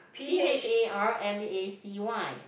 P H A R M A C Y